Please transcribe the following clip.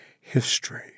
history